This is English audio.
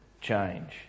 change